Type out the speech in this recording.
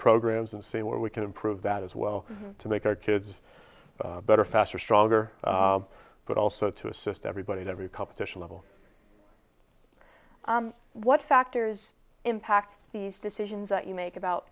programs and see where we can improve that as well to make our kids better faster stronger but also to assist everybody in every competition level what factors impact these decisions that you make about